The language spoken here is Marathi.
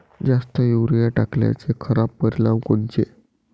जास्त युरीया टाकल्याचे खराब परिनाम कोनचे?